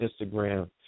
Instagram